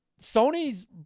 sony's